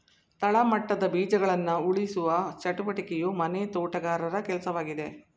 ತಳಮಟ್ಟದ ಬೀಜಗಳನ್ನ ಉಳಿಸುವ ಚಟುವಟಿಕೆಯು ಮನೆ ತೋಟಗಾರರ ಕೆಲ್ಸವಾಗಿದೆ